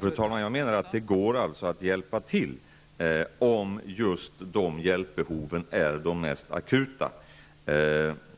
Fru talman! Jag menar att det går att hjälpa till här, om det nu är just nämnda hjälpbehov som är mest akuta.